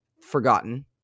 Forgotten